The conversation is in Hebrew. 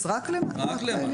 רק למעלה.